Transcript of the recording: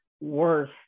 worth